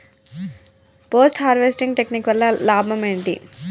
Post harvesting technique వల్ల లాభం ఏంటి?